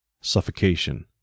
Suffocation